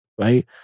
Right